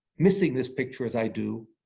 missing this picture as i do,